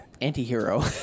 anti-hero